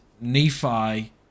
Nephi